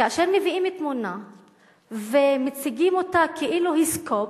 כאשר מביאים תמונה ומציגים אותה כאילו היא סקופ,